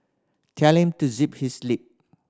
tell him to zip his lip